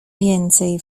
więcej